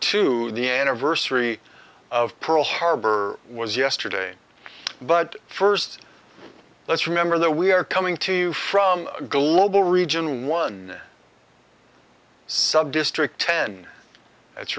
two the anniversary of pearl harbor was yesterday but first let's remember that we are coming to you from a global region one subdistrict ten that's